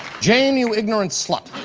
jane, you ignorant slut.